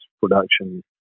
production